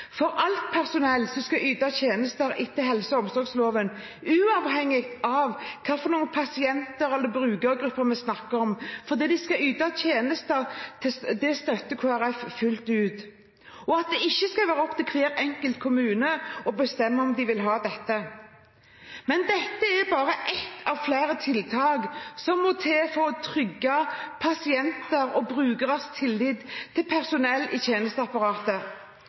for alt personell som skal yte tjenester etter helse- og omsorgsloven, uavhengig av hvilke pasient- eller brukergrupper de skal yte tjenester til, støtter Kristelig Folkeparti fullt ut, og også at det ikke skal være opp til hver enkelt kommune å bestemme om de vil ha dette. Men dette er bare ett av flere tiltak som må til for å trygge pasienters og brukeres tillit til personell i tjenesteapparatet.